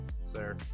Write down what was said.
sir